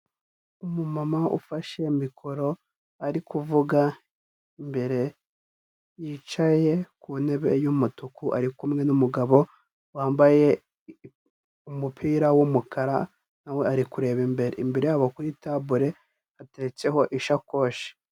Umumama ufashe mikoro ari kuvuga imbere, yicaye ku ntebe y'umutuku ari kumwe n'umugabo wambaye umupira w'umukara nawe ari kureba imbere, imbere yabo kuri tabure hateretseho ishakoshi.